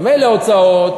מילא הוצאות.